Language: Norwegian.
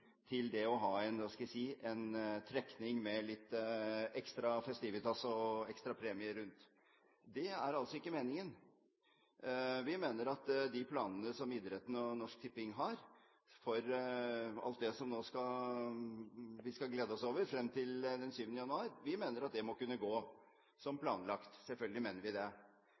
til det å ha – hva skal jeg si – en trekning med litt ekstra festivitas og ekstra premie rundt. Det er altså ikke meningen. Vi mener at de planene som idretten og Norsk Tipping har for alt det som vi nå skal glede oss over frem til den 7. januar, må kunne gå som planlagt – selvfølgelig mener vi det.